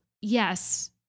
Yes